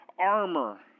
armor